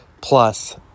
plus